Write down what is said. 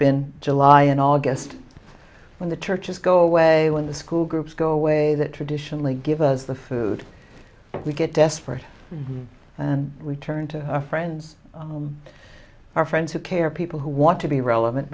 been july and august when the churches go away when the school groups go away that traditionally give us the food we get desperate and we turn to our friends our friends who care people who want to be relevant